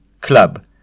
Club